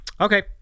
Okay